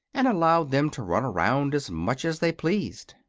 and allowed them to run around as much as they pleased.